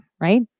right